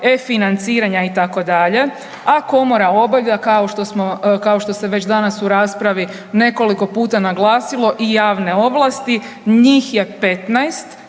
e-financiranja itd., a komora obavlja kao što se već danas u raspravi nekoliko puta naglasilo i javne ovlasti, njih je 15